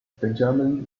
benjamin